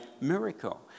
miracle